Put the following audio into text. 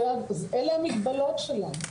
אלה המגבלות שלנו.